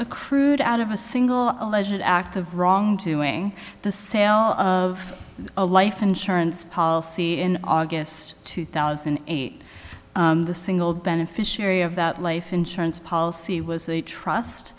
accrued out of a single alleged act of wrongdoing the sale of a life insurance policy in august two thousand and eight the single beneficiary of that life insurance policy was the trust